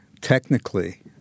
technically